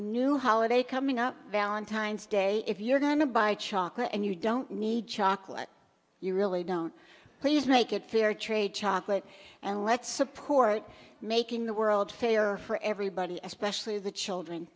new holiday coming up valentine's day if you're going to buy chocolate and you don't need chocolate you really don't please make it fair trade chocolate and let's support making the world failure for everybody especially the children